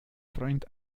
freund